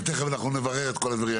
מיד נברר את כל הדברים האלה.